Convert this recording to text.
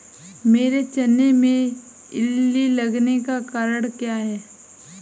मेरे चने में इल्ली लगने का कारण क्या है?